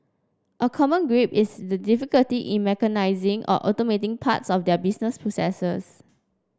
a common gripe is the difficulty in mechanising or automating parts of their business processes